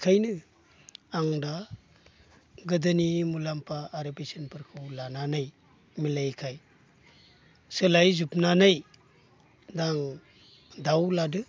बेखायनो आं दा गोदोनि मुलाम्फा आरो बेसेनफोरखौ लानानै मिलायैखाय सोलायजोबननानै दा आं दाउ लादों